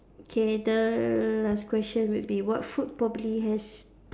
K the last question would be what food probably has